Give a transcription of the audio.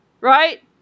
right